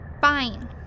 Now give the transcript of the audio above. Fine